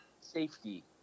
safety